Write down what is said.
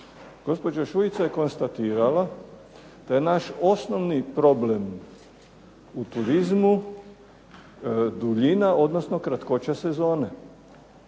Gospođa Šuica je konstatirala da je naš osnovni problem u turizmu duljina, odnosno kratkoća sezone.